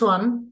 one